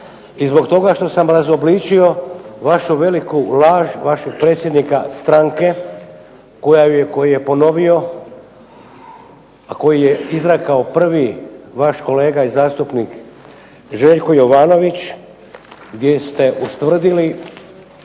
I zbog toga što sam razobličio vašu veliku laž vašeg predsjednika stranke koji je ponovio a koji je izrekao prvi vaš kolega i zastupnik Željko Jovanović gdje ste ustvrdili